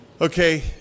Okay